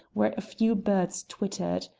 where a few birds twittered.